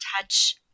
touch